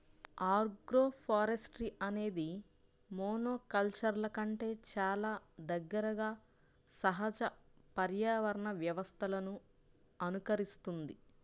agroforestry అనేది మోనోకల్చర్ల కంటే చాలా దగ్గరగా సహజ పర్యావరణ వ్యవస్థలను అనుకరిస్తుంది